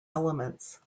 elements